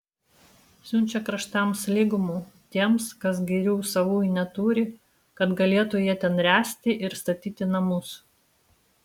siunčia kraštams lygumų tiems kas girių savųjų neturi kad galėtų jie ten ręsti ir statyti namus